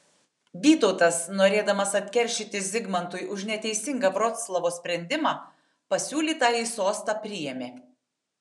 vytautas norėdamas atkeršyti zigmantui už neteisingą vroclavo sprendimą pasiūlytąjį sostą priėmė